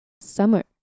summer